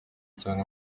cyane